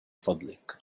فضلك